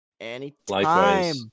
Anytime